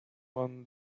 won